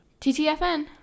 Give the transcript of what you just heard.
TTFN